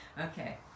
okay